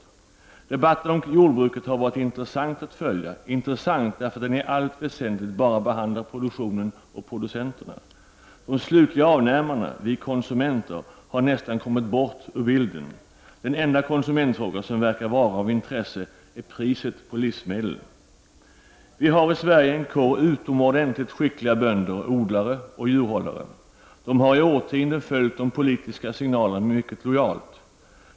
Debatten kring jordbruket har varit intressant att följa därför att den i allt väsentligt bara behandlar produktionen och producenterna. De slutliga avnämarna — vi konsumenter — har nästan kommit bort ur bilden. Den enda konsumentfråga som verkar vara av intresse är priset på livsmedlen. Vi har i Sverige en kår utomordentligt skickliga bönder — odlare och djurhållare. De har i årtionden följt de politiska signalerna mycket lojalt.